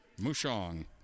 Mushong